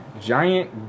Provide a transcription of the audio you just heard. Giant